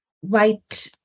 white